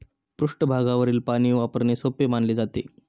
पृष्ठभागावरील पाणी वापरणे सोपे मानले जाते